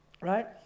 right